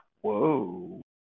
whoa